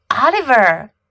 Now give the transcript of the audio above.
Oliver